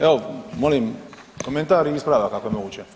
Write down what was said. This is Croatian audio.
Evo, molim komentar i ispravak ako je moguće.